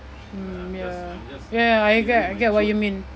mm ya ya ya I get I get what you mean